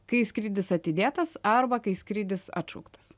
kai skrydis atidėtas arba kai skrydis atšauktas